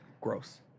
gross